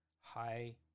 high